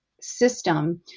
system